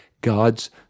God's